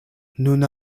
nun